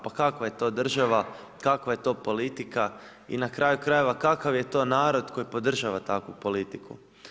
Pa kakva je to država, kakva je to politika i na kraju krajeva kakav je to narod koji podržava takvu politiku?